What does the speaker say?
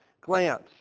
glance